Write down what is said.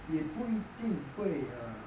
也不一定会 err